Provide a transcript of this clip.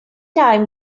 time